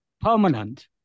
Permanent